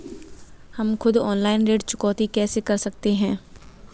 हम खुद ऑनलाइन ऋण चुकौती कैसे कर सकते हैं?